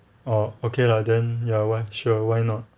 orh okay lah then ya why sure why not